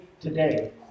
today